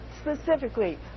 specifically